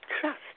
trust